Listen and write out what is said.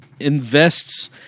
invests